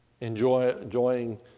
enjoying